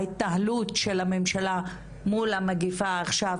שההתנהלות של הממשלה מול המגיפה עכשיו